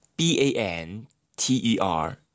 B-A-N-T-E-R